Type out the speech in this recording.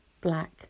black